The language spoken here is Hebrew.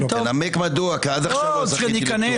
תנמק מדוע כי עד עכשיו לא זכיתי לשמוע.